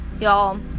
y'all